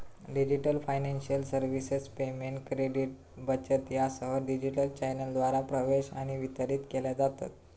digital financial services payment, credit, बचत यासह digital चॅनेलद्वारा प्रवेश आणि वितरित केल्या जातत